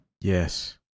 yes